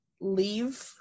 leave